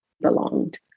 belonged